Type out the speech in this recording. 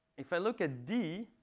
if i look at d,